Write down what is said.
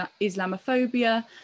Islamophobia